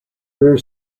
rear